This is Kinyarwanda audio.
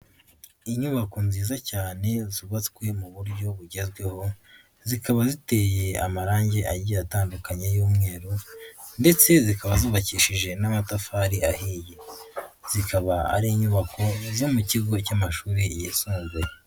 Inyubako nziza cyane zubatswe mu buryo bugezweho, zikaba ziteye amarangi agiye atandukanye y'umweru ndetse zikaba zubabakishije n'amatafari ahiye, zikaba ari inyubako zo mu kigo cy'amashuri yisumbuye.